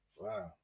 Wow